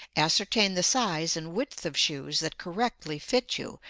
ascertain the size and width of shoes that correctly fit you,